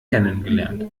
kennengelernt